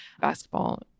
basketball